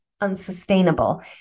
unsustainable